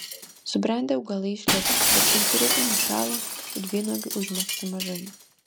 subrendę augalai išliko bet pumpuriukai nušalo ir vynuogių užmegzta mažai